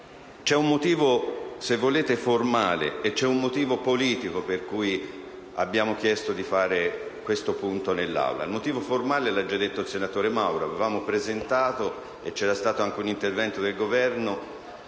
C'è un motivo, se volete formale, e c'è un motivo politico per cui abbiamo chiesto di fare questo confronto in Assemblea. Il motivo formale lo ha già spiegato il senatore Mauro. Avevamo presentato - e c'era stato anche un intervento del Governo